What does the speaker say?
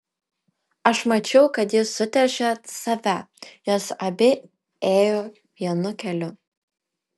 aš mačiau kad ji suteršė save jos abi ėjo vienu keliu